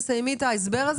תסיימי את ההסבר.